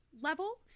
level